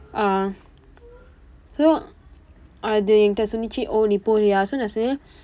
uh so அது என்கிட்ட சொன்னது:athu enkitda sonnathu oh நீ போகலயா:nii pookalayaa so நான் சொன்னேன்:naan sonneen